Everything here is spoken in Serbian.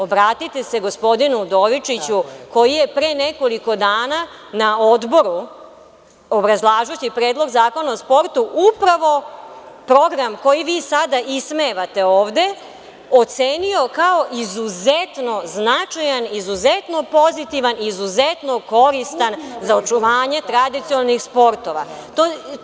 Obratite se gospodinu Udovičiću koji je pre nekoliko dana na odboru, obrazlažući Predlog zakona o sportu, upravo program koji vi sada ismevate ovde, ocenio kao izuzetno značajan, izuzetno pozitivan i izuzetno koristan za očuvanje tradicionalnih sportova.